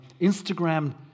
Instagram